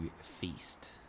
feast